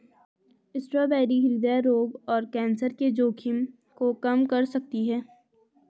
strawberry हृदय रोग और कैंसर के जोखिम को कम कर सकती है